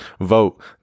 vote